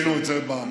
מכירים אותו מקרוב.